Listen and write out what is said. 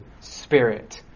Spirit